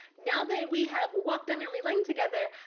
now that we have walked down memory lane together,